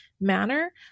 manner